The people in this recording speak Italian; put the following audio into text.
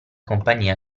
compagnia